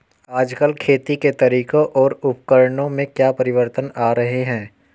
आजकल खेती के तरीकों और उपकरणों में क्या परिवर्तन आ रहें हैं?